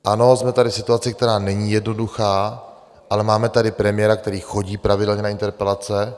Ano, jsme tady v situaci, která není jednoduchá, ale máme tady premiéra, který chodí pravidelně na interpelace.